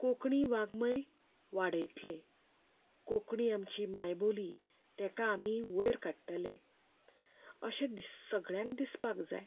कोंकणी वांङ्मय वाडयतले कोंकणी आमची मायबोली तिका आमी वयर काडटले अशें सगल्यांक दिसपाक जाय